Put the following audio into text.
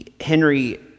Henry